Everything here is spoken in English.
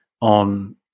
on